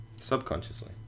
subconsciously